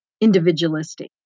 individualistic